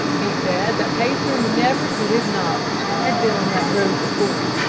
he said that pacer never to his knowledge had been on that road before,